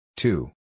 Two